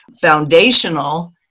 foundational